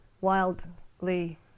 wildly